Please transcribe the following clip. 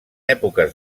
èpoques